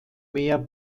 mehr